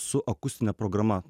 su akustine programa